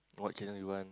what channel you want